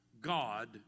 God